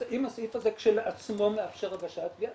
אז אם הסעיף הזה כשלעצמו מאפשר הגשת תביעה,